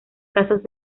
casos